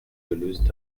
gelöst